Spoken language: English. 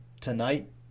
tonight